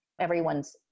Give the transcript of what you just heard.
everyone's